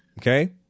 Okay